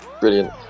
Brilliant